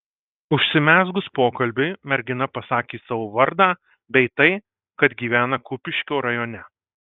užsimezgus pokalbiui mergina pasakė savo vardą bei tai kad gyvena kupiškio rajone